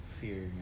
fear